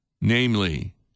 namely